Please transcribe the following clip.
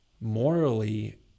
morally